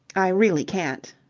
i really can't.